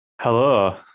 Hello